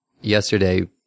yesterday